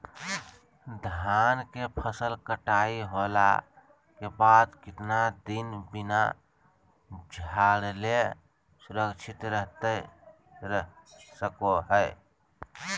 धान के फसल कटाई होला के बाद कितना दिन बिना झाड़ले सुरक्षित रहतई सको हय?